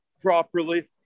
properly